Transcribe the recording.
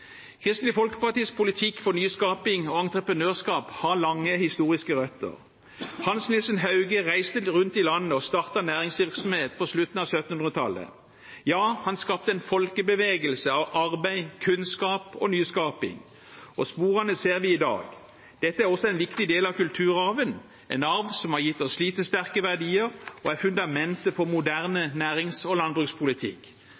Kristelig Folkepartis politikk for nyskaping og entreprenørskap har lange historiske røtter. Hans Nielsen Hauge reiste rundt i landet og startet næringsvirksomhet på slutten av 1700-tallet. Han skapte en folkebevegelse av arbeid, kunnskap og nyskaping, og sporene ser vi i dag. Dette er også en viktig del av kulturarven, en arv som har gitt oss slitesterke verdier, og som er fundamentet for